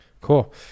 Cool